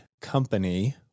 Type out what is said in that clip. company